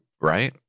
right